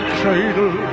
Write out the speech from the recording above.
cradle